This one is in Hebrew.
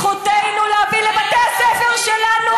זכותנו להביא לבתי הספר שלנו,